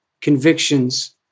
convictions